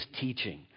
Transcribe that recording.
teaching